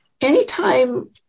anytime